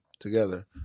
together